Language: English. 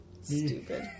stupid